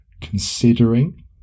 considering